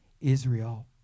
Israel